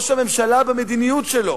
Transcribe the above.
ראש הממשלה, במדיניות שלו,